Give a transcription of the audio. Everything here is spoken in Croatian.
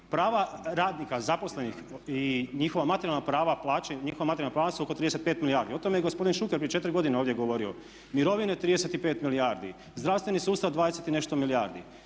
prava radnika zaposlenih i njihova materijalna prava su oko 35 milijardi. O tome je i gospodin Šuker prije 4 godine ovdje govorio. Mirovine 35 milijardi, zdravstveni sustav 20 i nešto milijardi.